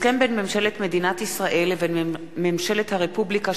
הסכם בין ממשלת מדינת ישראל לבין ממשלת הרפובליקה